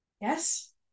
Yes